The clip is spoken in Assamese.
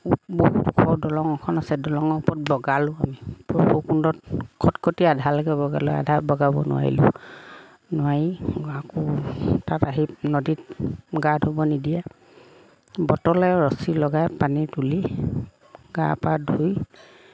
বহুত ঘৰ দলঙ এখন আছে দলঙৰ ওপৰত বগালোঁ আমি পৰশুকুণ্ডত খটখটি আধালৈকে বগালোঁ আধা বগাব নোৱাৰিলোঁ নোৱাৰি আকৌ তাত আহি নদীত গা ধুব নিদিয়ে বটলে ৰছী লগাই পানী তুলি গা পা ধুই